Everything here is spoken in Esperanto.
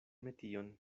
metion